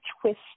twist